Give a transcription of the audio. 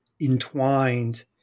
entwined